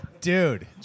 Dude